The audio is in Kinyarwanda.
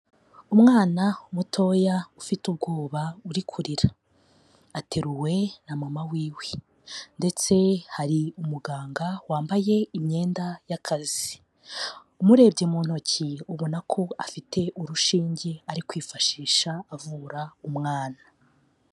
Umwana mutoya ufite ubwoba uri kurira. Ateruwe na mama wiwe ndetse hari umuganga wambaye imyenda y'akazi. Umurebye mu ntoki ubona ko afite urushinge ari kwifashisha avura umwana.